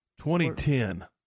2010